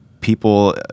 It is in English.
people